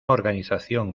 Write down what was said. organización